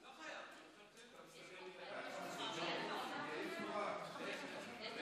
(הוראת שעה, קיצור המועד להשבת התמורה), התשפ"א